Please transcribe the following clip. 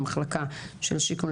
למחלקה של השיקום,